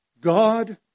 God